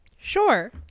Sure